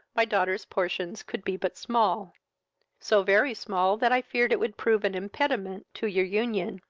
my daughter's portions could be but small so very small, that i feared it would prove an impediment to your union.